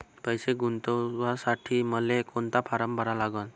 पैसे गुंतवासाठी मले कोंता फारम भरा लागन?